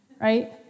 Right